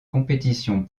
compétitions